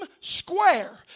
square